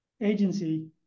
agency